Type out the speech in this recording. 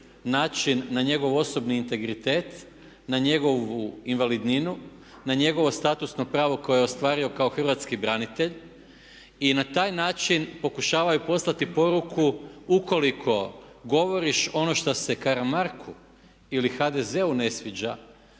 način na njegov osobni integritet, na njegovu invalidninu, na njegovo statusno pravo koje je ostvario kao hrvatski branitelj. I na taj način pokušavaju poslati poruku ukoliko govoriš ono što se Karamarku ili HDZ-u ne sviđa